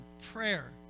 prayer